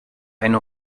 eine